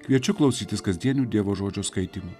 kviečiu klausytis kasdienių dievo žodžio skaitymu